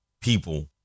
people